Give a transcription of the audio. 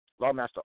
Lawmaster